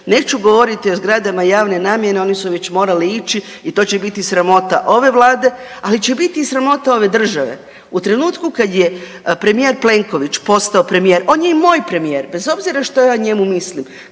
Neću govoriti o zgradama javne namjene, one su već morale ići i to će biti sramota ove Vlade, ali će biti i sramota ove države. U trenutku kad je premijer Plenković postao premijer, on je i moj premijer, bez obzira što ja o njemu mislim.